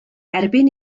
erbyn